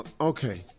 Okay